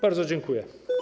Bardzo dziękuję.